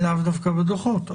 לאו דווקא בדוחות.